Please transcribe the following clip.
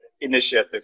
initiative